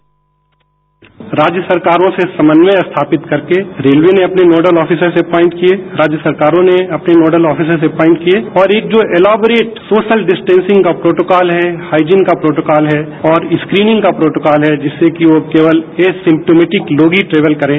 sound bite राज्य सरकारों से समन्वय स्थापित करके रेलवे ने अपने नोडल ऑफिसर अपॉइंट किए राज्य सरकारों ने अपने नोडल ऑफिसर अपॉइट किए और एक जो इलैबोरेट सोशल डिस्टैंसिंग का प्रॉटोकॉल है हाइजीन का प्रोटोकॉल है और स्क्रीनिंग का प्रोटोकॉल है जिससे कि वह केवल एसिंप्टोमेटिक लोग ही ट्रेवल करें